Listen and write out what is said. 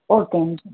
ஓ thank you